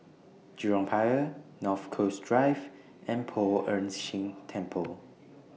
Jurong Pier North Coast Drive and Poh Ern Shih Temple